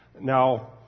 Now